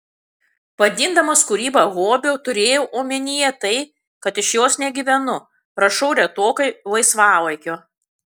vadindamas kūrybą hobiu turėjau omenyje tai kad iš jos negyvenu rašau retokai laisvalaikiu